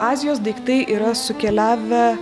azijos daiktai yra sukeliavę